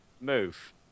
move